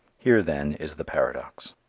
here then is the paradox.